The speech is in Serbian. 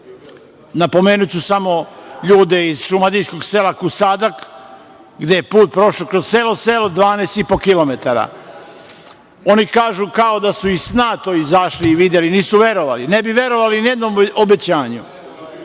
Napomenuću samo ljude iz šumadijskog sela Kusadak, gde je put prošao kroz celo selo, 12,5 kilometara. Oni kažu kao da su iz sna izašli i videli, nisu verovali. Ne bi verovali nijednom obećanju.